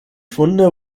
funde